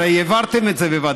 הרי העברתם את זה בוועדה.